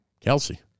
Kelsey